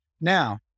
Now